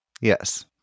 yes